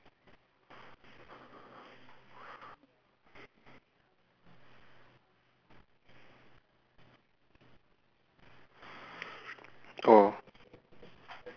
oh